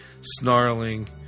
snarling